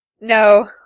No